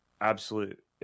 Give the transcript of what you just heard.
absolute